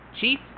Chief